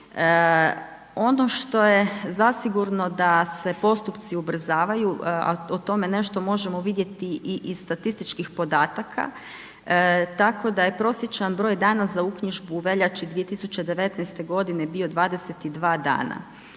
Ono što je zasigurno da se postupci ubrzavaju a o tome nešto možemo vidjeti i iz statističkih podataka tako da je prosječan broj dana za uknjižbu u veljači 2019. bio 22 dana.